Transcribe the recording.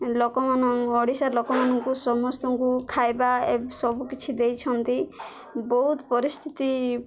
ଲୋକମାନ ଓଡ଼ିଶା ଲୋକମାନଙ୍କୁ ସମସ୍ତଙ୍କୁ ଖାଇବା ଏ ସବୁକିଛି ଦେଇଛନ୍ତି ବହୁତ ପରିସ୍ଥିତି